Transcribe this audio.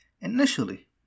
Initially